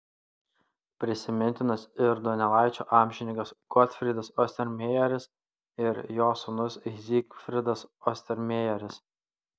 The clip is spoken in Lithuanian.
prisimintinas ir donelaičio amžininkas gotfrydas ostermejeris ir jo sūnus zygfridas ostermejeris